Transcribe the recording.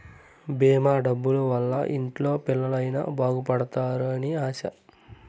భీమా డబ్బుల వల్ల ఇంట్లో పిల్లలు అయిన బాగుపడుతారు అని ఆశ